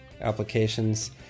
applications